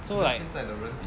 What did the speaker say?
so like